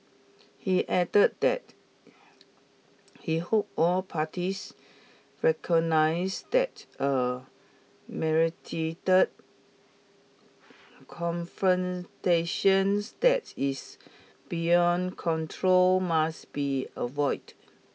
he added that he hoped all parties recognise that a that is beyond control must be avoid